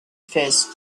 fist